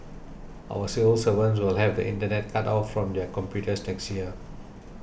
our civil servants will have the Internet cut off from their computers next year